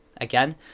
Again